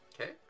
Okay